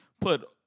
put